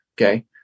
Okay